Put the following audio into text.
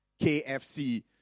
KFC